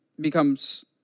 becomes –